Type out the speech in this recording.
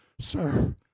sir